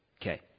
Okay